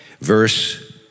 verse